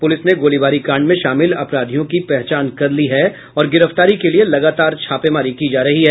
police ने गोलीबारी कांड में शामिल अपराधियों की पहचान कर ली है और गिरफ्तारी के लिए लगातार छापेमारी की जा रही है